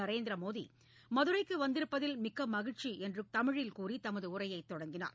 நரேந்திரமோடி மதுரைக்கு வந்திருப்பதில் மிக்க மகிழ்ச்சி என்று கூறி தமிழில் கூறி தமது உரையை தொடங்கினார்